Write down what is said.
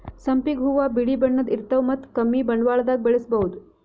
ಸಂಪಿಗ್ ಹೂವಾ ಬಿಳಿ ಬಣ್ಣದ್ ಇರ್ತವ್ ಮತ್ತ್ ಕಮ್ಮಿ ಬಂಡವಾಳ್ದಾಗ್ ಬೆಳಸಬಹುದ್